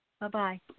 Bye-bye